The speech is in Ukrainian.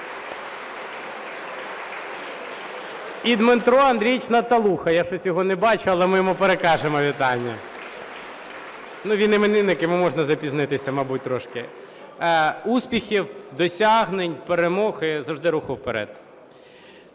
І Дмитро Андрійович Наталуха, я щось його не бачу, але ми йому перекажемо вітання. (Оплески) Ну, він іменинник, йому можна запізнитись, мабуть, трошки. Успіхів, досягнень, перемог і завжди руху вперед!